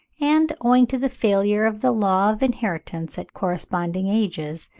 and, owing to the failure of the law of inheritance at corresponding ages,